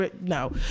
no